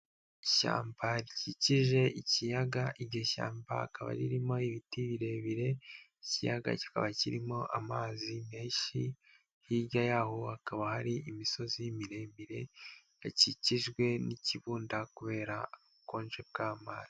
Ishyamba rikikije ikiyaga iryo shyamba akaba ririmo ibiti birebire, ikiyaga kikaba kirimo amazi menshi, hirya yaho hakaba hari imisozi miremire yakikijwe n'ikibunda kubera ubukonje bw'amazi.